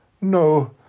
No